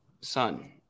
son